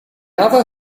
other